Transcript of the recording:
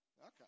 Okay